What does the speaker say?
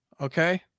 Okay